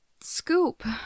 scoop